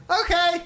Okay